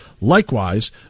Likewise